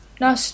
No